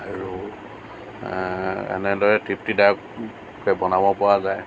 আৰু এনেদৰে তৃপ্তিদায়ককৈ বনাব পৰা যায়